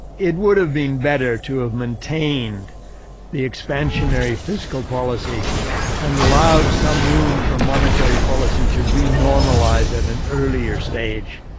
it would have been better to have maintained the expansionary fiscal policy and allowed some room for monetary policy to re normalize at an earlier stage.